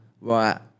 Right